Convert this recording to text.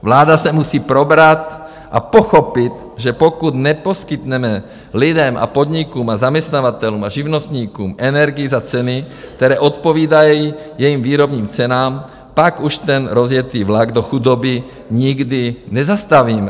Vláda se musí probrat a pochopit, že pokud neposkytneme lidem a podnikům a zaměstnavatelům a živnostníkům energii za ceny, které odpovídají jejím výrobním cenám, pak už ten rozjetý vlak do chudoby nikdy nezastavíme.